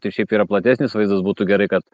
tai šiaip yra platesnis vaizdas būtų gerai kad